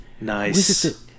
Nice